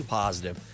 positive